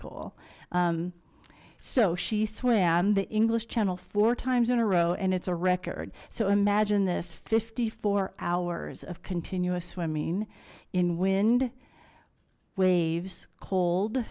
cool so she swam the english channel four times in a row and it's a record so imagine this fifty four hours of continuous swimming in wind waves cold